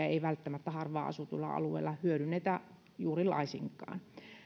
ei välttämättä harvaan asutuilla alueilla hyödynnetä juuri laisinkaan